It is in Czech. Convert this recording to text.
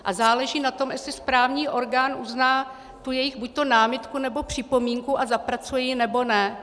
A záleží na tom, jestli správní orgán uzná jejich buďto námitku, nebo připomínku a zapracuje ji, nebo ne.